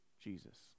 Jesus